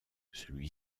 celui